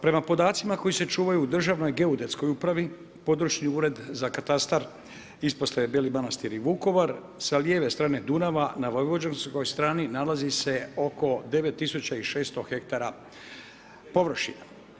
Prema podacima koji se čuvaju u Državnoj geodetskoj upravi, područni ured za katastar, ispostavu Beli Manastir i Vukovar, sa lijeve strane Dunava, … strani nalazi se oko 9600 hektara površine.